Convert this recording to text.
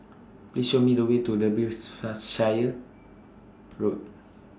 Please Show Me The Way to Derbyshire Road